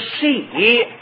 see